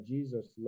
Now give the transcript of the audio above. Jesus